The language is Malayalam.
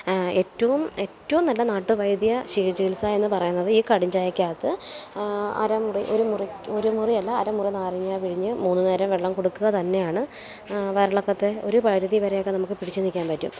ഏറ്റവും ഏറ്റവും നല്ല നാട്ടുവൈദ്യ ചികി ചികിത്സ എന്ന് പറയുന്നത് ഈ കടുംചായക്കകത്ത് അരമുറി ഒരു മുറി ഒരു മുറി അല്ല അര മുറി നാരങ്ങ പിഴിഞ്ഞ് മൂന്ന് നേരം വെള്ളം കൊടുക്കുക തന്നെയാണ് വയറിളക്കത്തെ ഒര് പരിധി വരെ ഒക്കെ നമുക്ക് പിടിച്ച് നിൽക്കാൻ പറ്റും